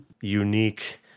unique